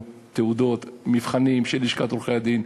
עם תעודות ומבחנים של לשכת עורכי-הדין,